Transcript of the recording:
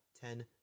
ten